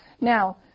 Now